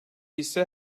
ise